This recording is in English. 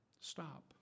Stop